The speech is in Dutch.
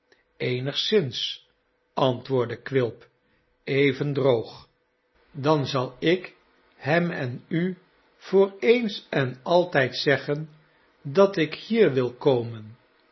eenigszins antwoordde quilp even droog dan zal jk hem en u voor eens en altijd zeggen dat ik hier wil komen